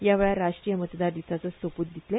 हया वेळार राष्ट्रीय मतदार दिसाचो सोपूत दितले